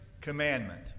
commandment